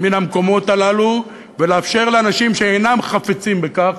מן המקומות הללו, ולאפשר לאנשים שאינם חפצים בכך